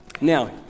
Now